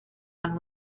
one